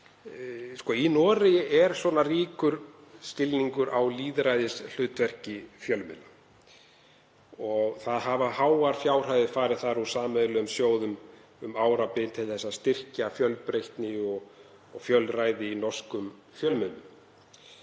Í Noregi er ríkur skilningur á lýðræðishlutverki fjölmiðla og þar hafa háar fjárhæðir farið úr sameiginlegum sjóðum um árabil til að styrkja fjölbreytni og fjölræði í norskum fjölmiðlum.